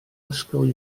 ysgol